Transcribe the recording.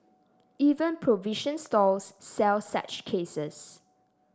even provision stores sell such cases